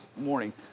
morning